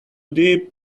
deep